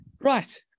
Right